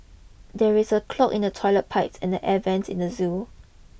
there is a clog in the toilet pipe and the air vents at the zoo